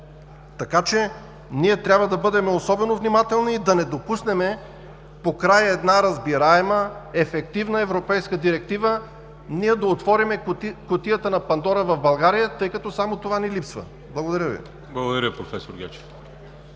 Така че ние трябва да бъдем особено внимателни да не допуснем накрая една разбираема, ефективна европейска директива, ние да отворим кутията на Пандора в България, тъй като само това ни липсва. Благодаря Ви. ПРЕДСЕДАТЕЛ ВАЛЕРИ